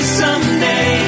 someday